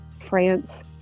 France